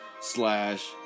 slash